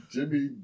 Jimmy